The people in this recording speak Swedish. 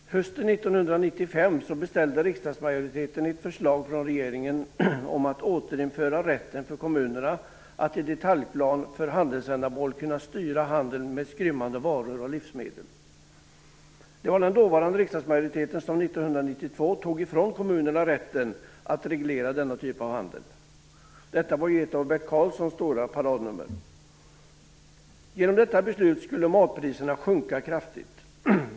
Fru talman! Hösten 1995 beställde riksdagsmajoriteten ett förslag från regeringen om att återinföra rätten för kommunerna att i detaljplan för handelsändamål styra handel med skrymmande varor och livsmedel. Det var den dåvarande riksdagsmajoriteten som 1992 tog ifrån kommunerna rätten att reglera denna typ av handel. Detta var ett av Bert Karlssons stora paradnummer. Genom detta beslut skulle matpriserna sjunka kraftigt.